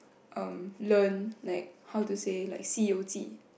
um learn like how to say like 西游记: xi you ji